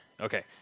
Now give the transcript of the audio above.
Okay